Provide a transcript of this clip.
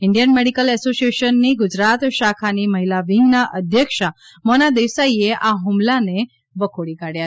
Indian medical એસોસિએશનની ગુજરાત શાખાની મહિલા વિંગના અધ્યક્ષા મોના દેસાઇએ આ હ્મલાઓને વખોડી કાઢ્યા